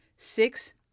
Six